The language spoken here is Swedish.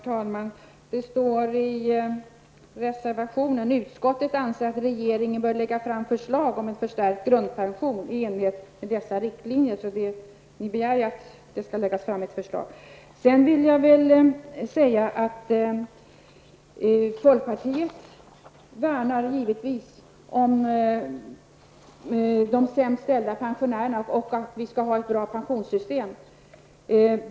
Herr talman! Det står i reservation 43: ''Utskottet anser att regeringen bör lägga fram förslag om en förstärkt grundpension i enlighet med dessa riktlinjer.'' vi har ju begärt att förslag skall läggas fram. Sedan vill jag säga att folkpartiet värnar givetvis om de sämst ställda pensionärerna och menar att vi skall ha ett bra pensionssystem.